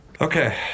Okay